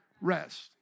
rest